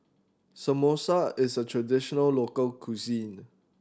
samosa is a traditional local cuisine